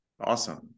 awesome